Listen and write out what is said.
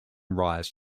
rise